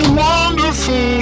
wonderful